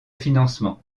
financement